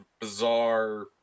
bizarre